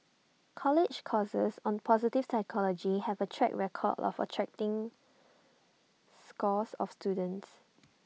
college courses on positive psychology have A track record of attracting scores of students